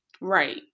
Right